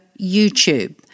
YouTube